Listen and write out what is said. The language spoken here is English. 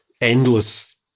endless